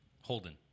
Holden